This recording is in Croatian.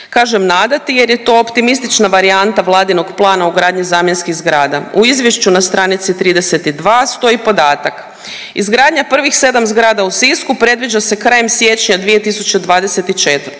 Kažem nadati, jer je to optimistična varijanta vladinog plana ugradnji zamjenskih zgrada. U izvješću na stranici 32 stoji podatak: Izgradnja prvih 7 zgrada u Sisku predviđa se krajem siječnja 2024.